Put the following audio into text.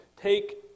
take